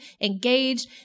engaged